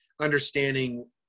understanding